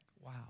Wow